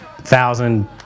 thousand